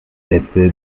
sätze